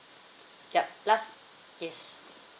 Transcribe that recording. yup last yes